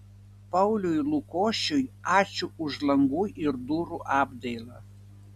pauliui lukošiui ačiū už langų ir durų apdailą